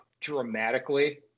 dramatically